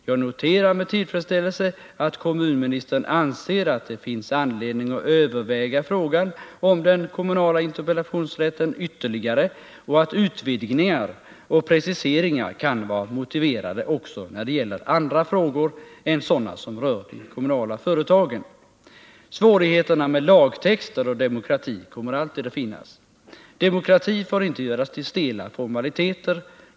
Jag noterar med tillfredsställelse att kommunministern anser att det finns anledning att överväga frågan om den kommunala interpellationsrätten ytterligare och att utvidgningar och preciseringar kan vara motiverade också när det gäller andra frågor än sådana som rör de kommunala företagen. Svårigheterna med lagtexter och demokrati kommer alltid att finnas. Demokrati får inte göras till stela formaliteter.